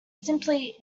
simply